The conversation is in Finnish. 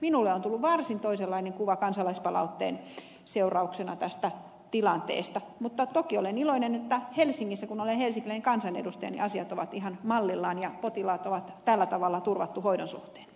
minulle on tullut varsin toisenlainen kuva kansalaispalautteen seurauksena tästä tilanteesta mutta toki olen iloinen että helsingissä kun olen helsinkiläinen kansanedustaja asiat ovat ihan mallillaan ja potilaat on tällä tavalla turvattu hoidon suhteen